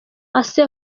ace